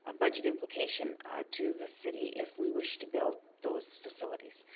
ah budget implication to the city if we wish to build those facilities.